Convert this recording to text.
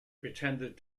pretended